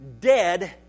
dead